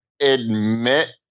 admit